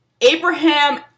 Abraham